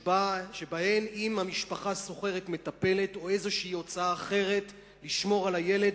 שבהן אם המשפחה שוכרת מטפלת או יש איזו הוצאה אחרת לשמור על הילד,